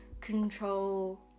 control